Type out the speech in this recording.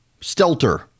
Stelter